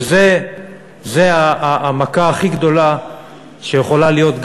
וזו המכה הכי גדולה שיכולה להיות,